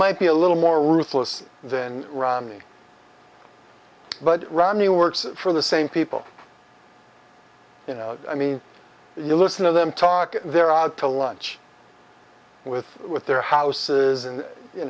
might be a little more ruthless than romney but romney works for the same people you know i mean you listen to them talk they're out to lunch with with their houses and you